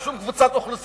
על שום קבוצת אוכלוסייה.